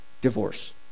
divorce